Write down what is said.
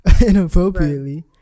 inappropriately